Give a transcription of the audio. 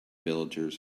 villagers